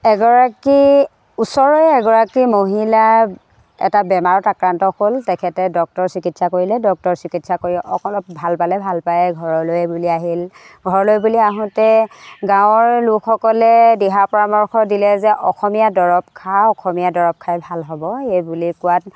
এগৰাকী ওচৰৰে এগৰাকী মহিলা এটা বেমাৰত আক্ৰান্ত হ'ল তেখেতে ডক্তৰ চিকিৎসা কৰিলে ডক্তৰ চিকিৎসা কৰি অলপ ভাল পালে ভাল পায় ঘৰলৈ বুলি আহিল ঘৰলৈ বুলি আহোঁতে গাঁৱৰ লোকসকলে দিহা পৰামৰ্শ দিলে যে অসমীয়া দৰৱ খা অসমীয়া দৰৱ খাই ভাল হ'ব এই বুলি কোৱাত